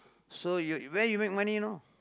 so you where you make money now